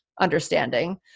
understanding